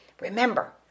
Remember